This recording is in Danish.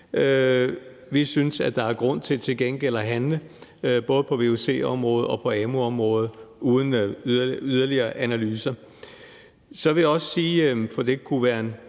Vi synes, at der til gengæld er grund til at handle både på vuc-området og på amu-området uden yderligere analyser. Så vil jeg også spørge, for det kunne være en